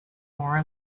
more